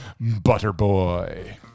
Butterboy